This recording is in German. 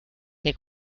der